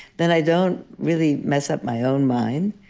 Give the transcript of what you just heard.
then i don't really mess up my own mind,